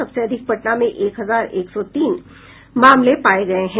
सबसे अधिक पटना में एक हजार एक सौ तीन मामले पाये गये हैं